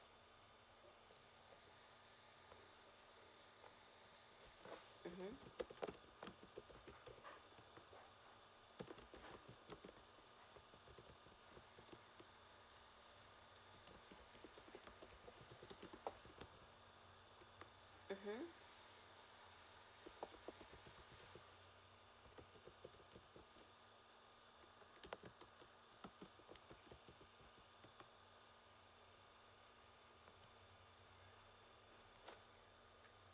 mmhmm mmhmm